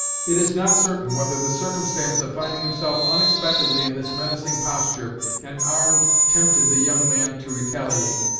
it is not certain whether the circumstance of finding himself unexpectedly in this menacing posture and armed tempted the young man to retaliate,